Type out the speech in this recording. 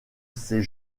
ces